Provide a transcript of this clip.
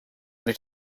did